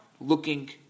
looking